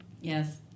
Yes